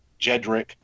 Jedrick